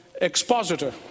expositor